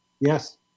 Yes